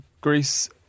Greece